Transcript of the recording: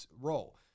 role